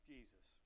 Jesus